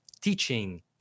teaching